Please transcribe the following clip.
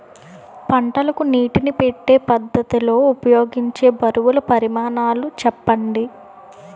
పంటలకు నీటినీ పెట్టే పద్ధతి లో ఉపయోగించే బరువుల పరిమాణాలు చెప్పండి?